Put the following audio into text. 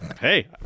Hey